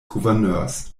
gouverneurs